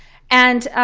and